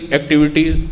activities